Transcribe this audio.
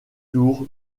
tour